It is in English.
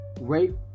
rape